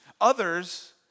others